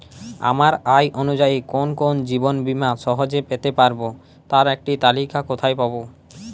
আমার আয় অনুযায়ী কোন কোন জীবন বীমা সহজে পেতে পারব তার একটি তালিকা কোথায় পাবো?